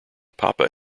papa